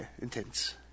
intense